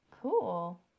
Cool